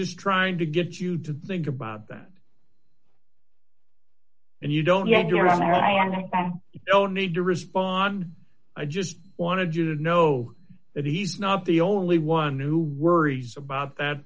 just trying to get you to think about that and you don't you're all wrong and you don't need to respond i just wanted you to know that he's not the only one who worries about that